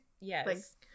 yes